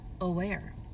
aware